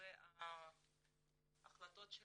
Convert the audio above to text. וההחלטות של